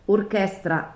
Orchestra